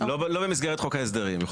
לא במסגרת חוק ההסדרים.